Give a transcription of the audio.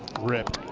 ripped.